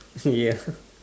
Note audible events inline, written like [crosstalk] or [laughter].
yeah [laughs]